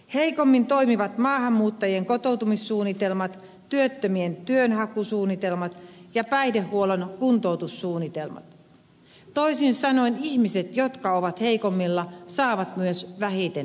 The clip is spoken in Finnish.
heikommin toimivat maahanmuuttajien kotoutumissuunnitelmat työttömien työnhakusuunnitelmat ja päihdehuollon kuntoutussuunnitelmat toisin sanoen ihmiset jotka ovat heikommilla saavat myös vähiten apua